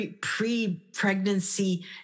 pre-pregnancy